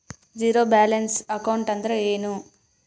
Zero balance account ಅಂದ್ರ ಏನು?